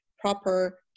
proper